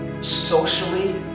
socially